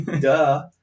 Duh